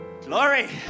Glory